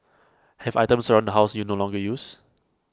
have items around the house you no longer use